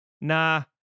nah